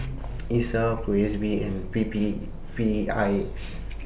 Isa P O S B and P P I S